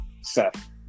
Seth